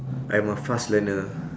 I'm a fast learner